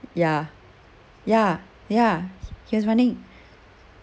ya ya ya he was running